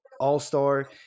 all-star